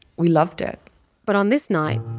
we loved it but on this night,